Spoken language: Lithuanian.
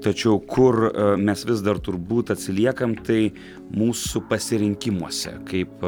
tačiau kur mes vis dar turbūt atsiliekam tai mūsų pasirinkimuose kaip